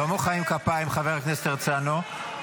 לא מוחאים כפיים, חבר הכנסת הרצנו.